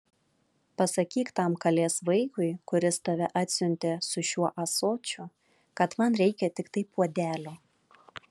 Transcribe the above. pasakyk tam kalės vaikui kuris tave atsiuntė su šiuo ąsočiu kad man reikia tiktai puodelio